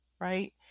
right